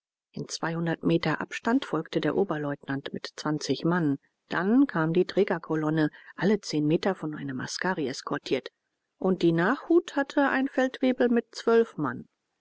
in zweihundert meter abstand folgte der oberleutnant mit zwanzig mann dann kam die trägerkolonne alle zehn meter von einem askari eskortiert und die nachhut hatte ein feldwebel mit zwölf mann